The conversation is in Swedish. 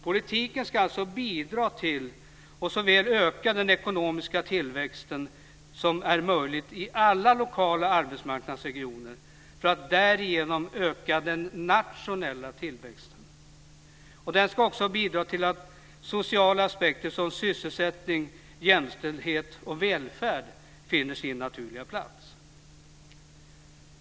Politiken ska bidra till att öka den ekonomiska tillväxten i alla lokala arbetsmarknadsregioner för att därigenom öka den nationella tillväxten. Den ska också bidra till att sociala aspekter som sysselsättning, jämställdhet och välfärd finner sin naturliga plats.